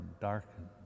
darkened